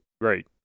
great